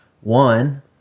one